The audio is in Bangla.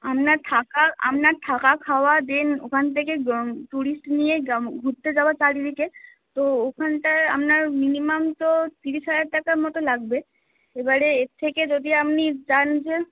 আপনার থাকা আপনার থাকা খাওয়া দেন ওখান থেকে ট্যুরিস্ট নিয়ে ঘুরতে যাওয়া চারিদিকে তো ওখানটায় আপনার মিনিমাম তো তিরিশ হাজার টাকা মতো লাগবে এবারে এর থেকে যদি আপনি চান যে